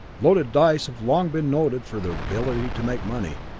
loaded dice have long been noted for their ability to make money,